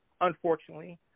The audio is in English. Unfortunately